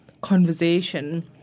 conversation